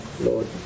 Lord